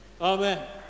Amen